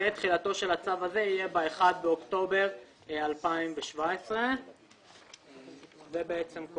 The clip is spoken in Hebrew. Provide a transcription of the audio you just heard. ותחילתו של הצו הזה יהיה ב-1 באוקטובר 2017. זה כל